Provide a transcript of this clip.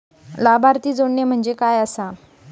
लाभार्थी जोडणे म्हणजे काय आसा?